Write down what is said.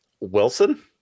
Wilson